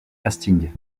hastings